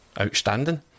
outstanding